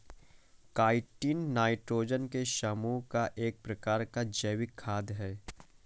chitin nitrogen के समूह का एक प्रकार का जैविक खाद है